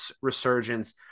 resurgence